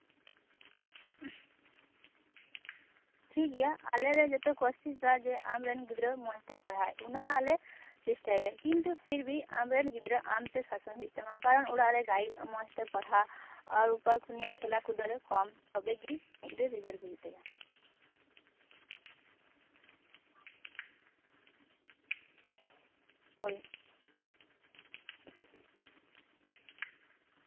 ᱴᱷᱤᱠᱜᱮᱭᱟ ᱟᱞᱮ ᱞᱮ ᱡᱟᱛᱮ ᱠᱳᱥᱤᱥᱟ ᱡᱟᱛᱮ ᱡᱮ ᱟᱢᱨᱮᱱ ᱜᱤᱫᱽᱨᱟᱹ ᱢᱚᱡᱽᱛᱮᱭ ᱯᱟᱲᱦᱟᱜ ᱚᱱᱟ ᱟᱞᱮ ᱪᱮᱥᱴᱟᱭᱟᱞᱮ ᱠᱤᱱᱛᱩ ᱯᱷᱤᱨᱵᱷᱤ ᱟᱢᱨᱮᱱ ᱜᱤᱫᱽᱨᱟᱹ ᱟᱢᱛᱮ ᱥᱟᱥᱚᱱ ᱦᱩᱭᱩᱜ ᱛᱟᱢᱟ ᱠᱟᱨᱚᱱ ᱚᱲᱟᱜ ᱨᱮ ᱜᱟᱭᱤᱰ ᱢᱚᱡᱽᱛᱮ ᱯᱟᱲᱦᱟᱜ ᱟᱨ ᱩᱯᱟᱨ ᱠᱷᱚᱱᱤᱡ ᱠᱷᱮᱞᱟ ᱠᱚᱫᱚ ᱠᱚᱢ ᱛᱚᱵᱮ ᱜᱮ ᱵᱷᱟᱞᱮ ᱨᱮᱡᱟᱞ ᱦᱩᱭᱩᱜ ᱛᱟᱭᱟ ᱦᱳᱭ